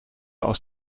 aus